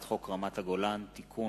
חוק פ/1078/18: הצעת חוק רמת-הגולן (תיקון,